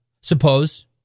Suppose